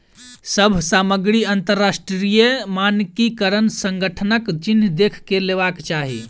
सभ सामग्री अंतरराष्ट्रीय मानकीकरण संगठनक चिन्ह देख के लेवाक चाही